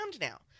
now